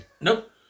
Nope